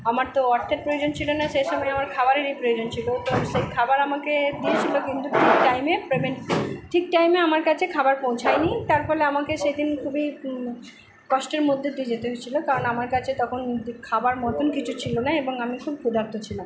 আমার তো অর্থের প্রয়োজন ছিলো না সে সময় আমার খাবারেরই প্রয়োজন ছিলো তো সেই খাবার আমাকে দিয়েছিলো কিন্তু ঠিক টাইমে পেমেন্ট ঠিক টাইমে আমার কাছে খাবার পৌঁছায় নি তার ফলে আমাকে সেদিন খুবই কষ্টের মধ্যে দিয়ে যেতে হয়েছিলো কারণ আমার কাছে তখন খাবার মতোন কিছু ছিলো না এবং আমি খুব ক্ষুদার্ত ছিলাম